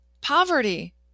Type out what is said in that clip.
Poverty